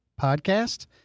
Podcast